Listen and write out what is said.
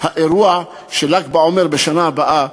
האירוע של ל"ג בעומר בשנה הבאה,